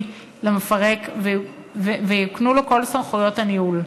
למפרק ויוקנו לו כל סמכויות הניהול.